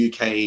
UK